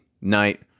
night